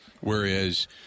Whereas